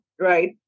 right